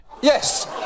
Yes